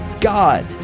God